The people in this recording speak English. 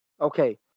Okay